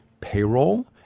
payroll